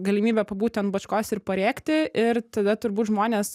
galimybę pabūt ant bačkos ir parėkti ir tada turbūt žmonės